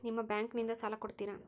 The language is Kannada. ನಿಮ್ಮ ಬ್ಯಾಂಕಿನಿಂದ ಸಾಲ ಕೊಡ್ತೇರಾ?